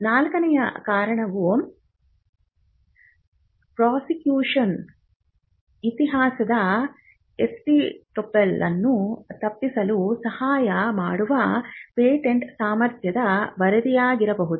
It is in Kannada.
4 ನೇ ಕಾರಣವು ಪ್ರಾಸಿಕ್ಯೂಷನ್ ಇತಿಹಾಸದ ಎಸ್ಟೊಪೆಲ್ ಅನ್ನು ತಪ್ಪಿಸಲು ಸಹಾಯ ಮಾಡುವ ಪೇಟೆಂಟ್ ಸಾಮರ್ಥ್ಯದ ವರದಿಯಾಗಿರಬಹುದು